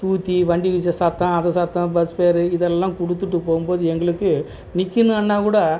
தூத்தி வண்டிக்கு வச்ச சத்தம் அது சத்தம் பஸ் ஃபேரு இதெல்லாம் கொடுத்துட்டு போகும்போது எங்களுக்கு நிற்கனுன்னாங்கூட